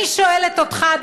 אני שואלת אותך,